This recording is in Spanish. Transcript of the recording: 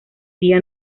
día